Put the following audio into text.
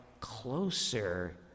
closer